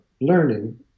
learning